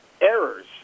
errors